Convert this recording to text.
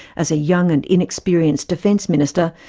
as a young and inexperienced defence minister,